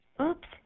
Oops